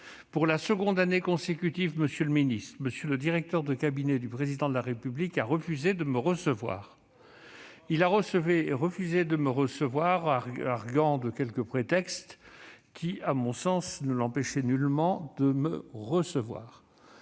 pour la deuxième année consécutive, M. le directeur de cabinet du Président de la République a refusé de me recevoir. Il a refusé de me recevoir, arguant de quelque prétexte qui, à mon sens, ne l'en empêchait nullement. Je répète